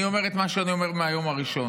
אני אומר את מה שאני אומר מהיום הראשון: